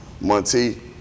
Monty